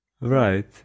right